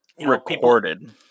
recorded